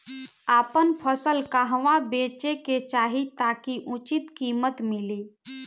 आपन फसल कहवा बेंचे के चाहीं ताकि उचित कीमत मिली?